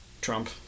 Trump